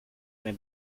may